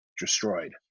destroyed